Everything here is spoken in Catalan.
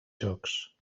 jocs